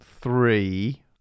three